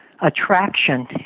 attraction